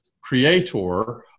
creator